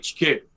HQ